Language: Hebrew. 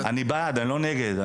אני בעד, אני לא נגד.